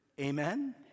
Amen